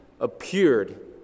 appeared